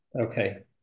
Okay